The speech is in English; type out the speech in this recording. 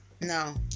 No